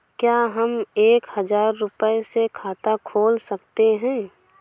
क्या हम एक हजार रुपये से खाता खोल सकते हैं?